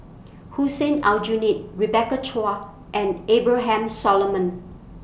Hussein Aljunied Rebecca Chua and Abraham Solomon